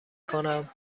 کنم